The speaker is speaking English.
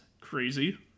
crazy